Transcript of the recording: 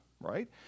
right